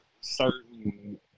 certain